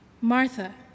Martha